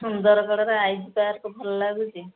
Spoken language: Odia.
ସୁନ୍ଦରଗଡ଼ର ଆଇ ଜି ପାର୍କ୍ ଭଲ ଲାଗୁଛି